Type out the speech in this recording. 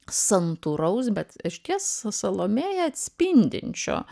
santūraus bet išties salomėją atspindinčio